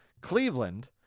Cleveland